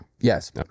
Yes